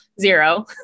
Zero